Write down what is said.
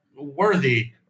worthy